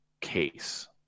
case